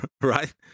Right